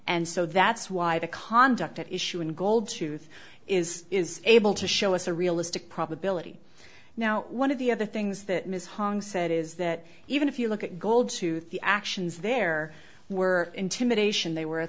and so that's why the conduct at issue in gold tooth is is able to show us a realistic probability now one of the other things that ms hong said is that even if you look at gold tooth the actions there were intimidation they were a